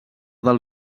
del